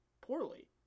poorly